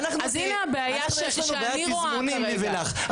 אז הנה הבעיה שאני רואה כרגע.